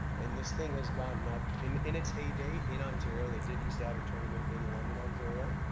and this thing has gotten up, in in its heyday in ontario, they did used to have a tournament in london, ontario.